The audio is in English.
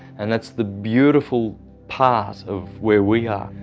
and that's the beautiful part of where we are.